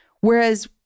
Whereas